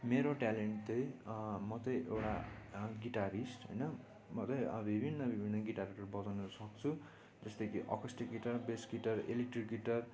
मेरो ट्यालेन्ट त्यही म त्यही एउटा गिटारिस्ट होइन म विभिन्न विभिन्न गिटारहरू बजाउन सक्छु जस्तै कि ओर्केस्ट्रिक guitar bass guitar electric guitar